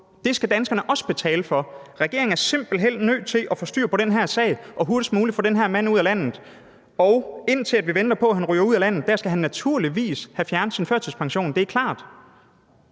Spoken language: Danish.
Det skal danskerne også betale for. Regeringen er simpelt hen nødt til at få styr på den her sag og hurtigst muligt få den her mand ud af landet. Og mens vi venter på, at han ryger ud af landet, skal han naturligvis have fjernet sin førtidspension. Det er klart!